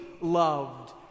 loved